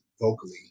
vocally